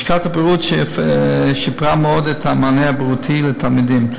לשכת הבריאות שיפרה מאוד את המענה הבריאותי לתלמידים.